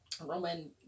Roman